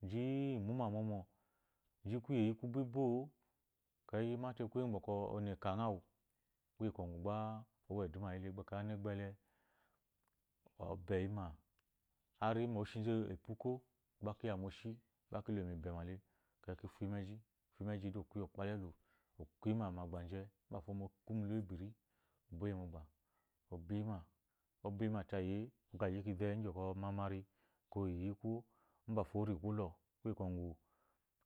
Ji kuye yi ku bi bo-o ekeyi mata kweyi ngwu kwɔ oneka ngha awu gba owo eduma yi le obwɔ yi ma oshinzu epuko gba kiya ma moshi gba kile mu ebema ne ekeyi ki fumeji fumeji de ekeyi kiya okpele elu okuyima mu egbaje oku lu lubirɔ oboyɔ mogba obiyima obiyima tayee ogyigyi mamarɔ ekeyi oyi kuwo mbafo ori kulɔ kuye kwɔgu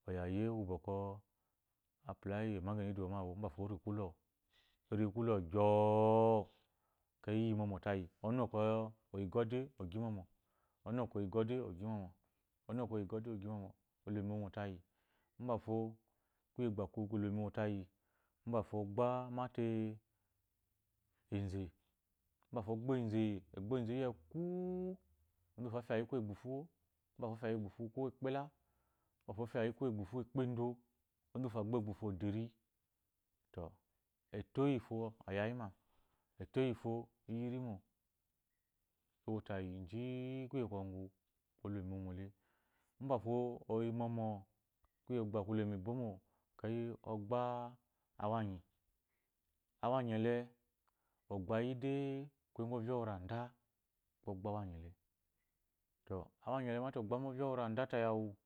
oyaye uwu bwɔkwɔ apula eemagani ide yi mo awu yi ori ye kulo luko gyɔo eveyi iyi momɔ tayi ɔnu kwɔ oyi ughoh de ogi momɔ ɔnu kwɔ oyi ughoh de ogi momɔ onu kwɔ ɔyi ugoh de ogi mɔmɔ ovi mɔmɔ tayi mbafo kuye gba uri mi wo haye mbafo ogba enze eyi ekwu u onzu uwufo afya ko egbulu ukpera mbafo ofya ko eghuhu ukpedo mbafo ogbwɔ egbuhu oderi to eto eyi fo ayayi ma eto iyi fo iyi irimo owo tayi ji i kuye kwɔgu gba ole mu iwoo le mbafo oye mɔmɔ kuye kugba kule mu bomo ekeyi ogba awanyi awanyi ele ogbayi de kuye ngwu ovya oranda ogba awanyi le